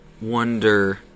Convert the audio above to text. wonder